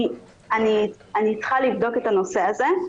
אני צריכה לבדוק את הנושא הזה.